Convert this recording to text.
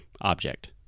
object